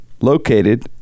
located